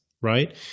right